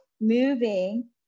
moving